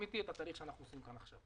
איתי את התהליך שאנחנו עושים כאן עכשיו.